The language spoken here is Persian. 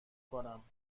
کنم